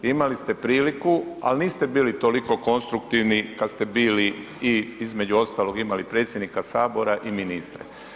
Imali ste priliku ali niste bili toliko konstruktivni kad ste bili i između ostalog imali predsjednika sabora i ministre.